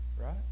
Right